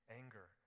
anger